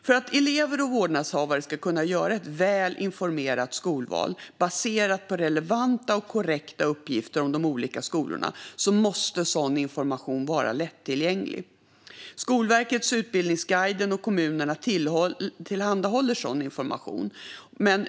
För att elever och vårdnadshavare ska kunna göra ett väl informerat skolval, baserat på relevanta och korrekta uppgifter om de olika skolorna, måste sådan information vara lättillgänglig. Skolverkets Utbildningsguiden och kommunerna tillhandahåller sådan information.